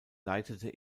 leitete